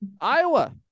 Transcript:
Iowa